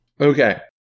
Okay